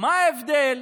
מה ההבדל